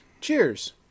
Cheers